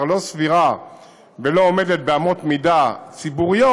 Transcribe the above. לא סבירה ולא עומדת באמות מידה ציבוריות,